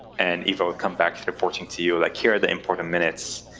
and eva will come back reporting to you, like here are the important minutes.